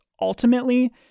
ultimately